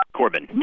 corbin